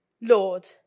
Lord